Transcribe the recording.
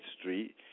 Street